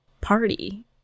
party